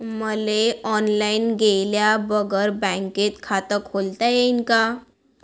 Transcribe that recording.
मले ऑनलाईन गेल्या बगर बँकेत खात खोलता येईन का?